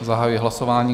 Zahajuji hlasování.